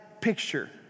picture